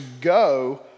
go